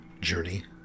journey